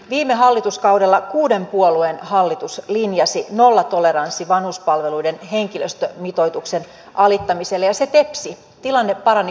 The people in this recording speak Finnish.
viime hallituskaudella kuuden puolueen hallitus linjasi nollatoleranssia vanhuspalveluiden henkilöstömitoituksen alittamiselle ja se tepsi tilanne parani huomattavasti